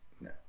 No